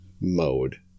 mode